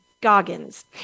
Goggins